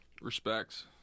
Respects